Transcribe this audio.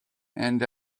and